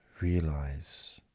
Realize